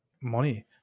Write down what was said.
money